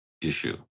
issue